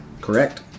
Correct